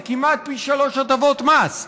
זה כמעט פי שלושה הטבות מס,